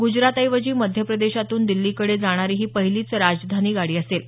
ग्जरातऐवजी मध्य प्रदेशातून दिल्लीकडे जाणारी ही पहिलीच राजधानी गाडी असेल